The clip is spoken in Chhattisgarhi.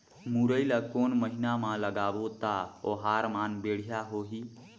मुरई ला कोन महीना मा लगाबो ता ओहार मान बेडिया होही?